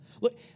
Look